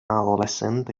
adolescente